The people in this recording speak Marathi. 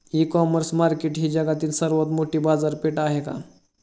इ कॉमर्स मार्केट ही जगातील सर्वात मोठी बाजारपेठ आहे का?